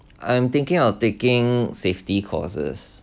I'm thinking of taking safety courses